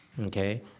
Okay